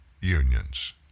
unions